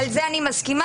לזה אני מסכימה.